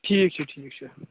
ٹھیٖک چھُ ٹھیٖک چھُ